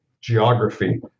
geography